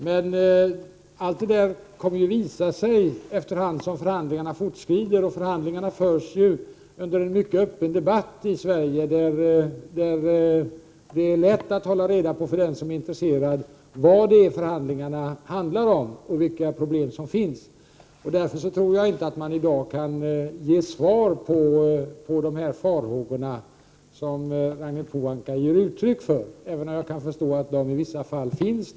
Men allteftersom förhandlingarna fortskrider kommer allt detta att klarna. Beträffande förhandlingarna förs ju en mycket öppen debatt i Sverige. För den som är intresserad av dessa saker är det alltså lätt att hålla reda på vad förhandlingarna rör sig om och vilka problem som finns. Därför går det nog inte att i dag säga något om de farhågor som Ragnhild Pohanka ger uttryck för. I och för sig förstår jag att människor hyser farhågor.